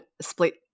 split